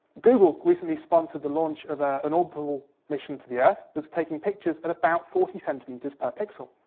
google recently sponsored the launch of ah an orbital mission to the earth that's taking pictures at about forty centimetres per pixel.